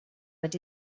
but